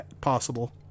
possible